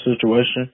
situation